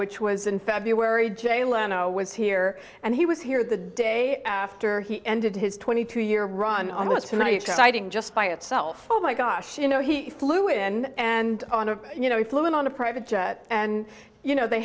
which was in february jay leno was here and he was here the day after he ended his twenty two year run on what tonight exciting just by itself oh my gosh you know he flew in and on and you know he flew in on a private jet and you know they